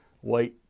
white